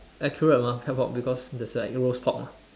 accurate mah because there's like roast pork mah